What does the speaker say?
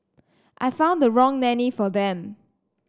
I found the wrong nanny for them